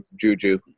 Juju